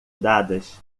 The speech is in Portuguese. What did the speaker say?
dadas